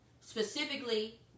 Specifically